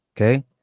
Okay